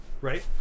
Right